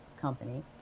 company